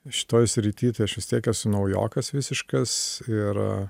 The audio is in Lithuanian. šitoj srity tai aš vis tiek esu naujokas visiškas ir